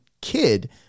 kid